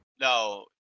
No